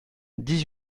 dix